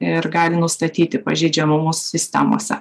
ir gali nustatyti pažeidžiamumus sistemose